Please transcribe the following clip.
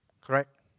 Correct